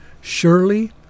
Surely